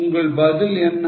உங்கள் பதில் என்ன